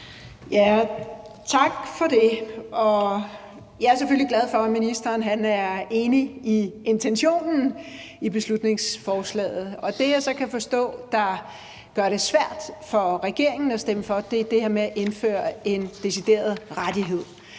(V): Tak for det. Jeg er selvfølgelig glad for, at ministeren er enig i intentionen i beslutningsforslaget, og det, jeg så kan forstå gør det svært for regeringen at stemme for, er det her med at indføre en decideret rettighed.